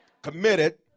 Committed